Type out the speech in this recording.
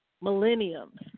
millenniums